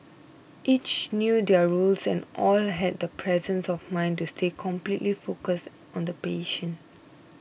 each knew their roles and all had the presence of mind to stay completely focused on the patient